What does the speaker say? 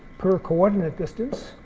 per coordinate distance